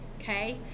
okay